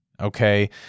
okay